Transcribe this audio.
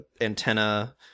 antenna